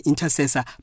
intercessor